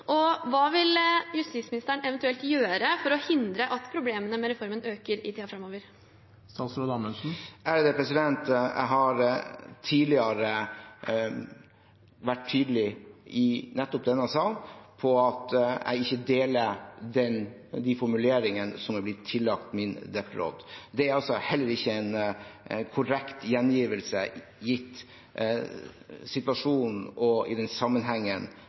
Og hva vil justisministeren eventuelt gjøre for å hindre at problemene med reformen øker i tiden framover? Jeg har tidligere vært tydelig i nettopp denne salen på at jeg ikke deler de formuleringene som har blitt tillagt min departementsråd. Det er heller ikke en korrekt gjengivelse gitt situasjonen og i den sammenhengen